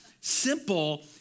simple